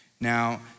Now